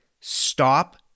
Stop